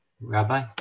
Rabbi